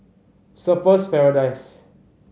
Surfer's Paradise